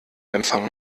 empfangen